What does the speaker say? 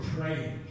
praying